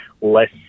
less